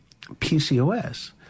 PCOS